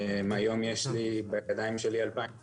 היום יש בידיים שלי 2,000